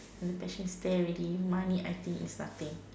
um passion is there already money I think is nothing